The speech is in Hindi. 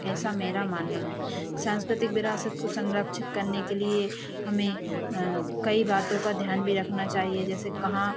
ऐसा मेरा मानना है साँस्कृतिक विरासत को संरक्षित करने के लिए हमें कई बातों का ध्यान भी रखना चाहिए जैसे कहाँ